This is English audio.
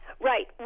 Right